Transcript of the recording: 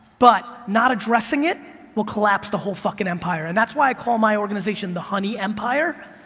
but not addressing it will collapse the whole fucking empire and that's why i call my organization the honey empire,